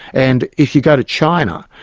and if you go to china,